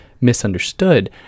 misunderstood